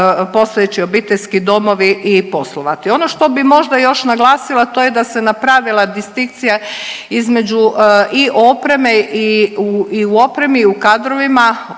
postojeći obiteljski domovi i poslovati. Ono što bih možda još naglasila, to je da se napravila distinkcija između i u opremi i u kadrovima